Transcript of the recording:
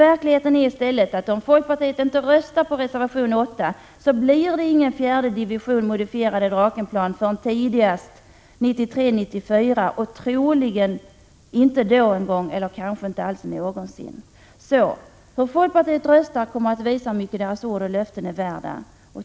Verkligheten är alltså att om folkpartiet inte röstar på reservation 8, blir det ingen fjärde division med modifierade Drakenplan förrän tidigast 1993/94, troligen inte ens då — eller kanske inte någonsin. Hur folkpartiet röstar kommer alltså att visa hur mycket dess ord och löften är värda.